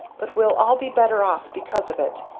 but we'll all be better off because of it,